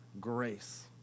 grace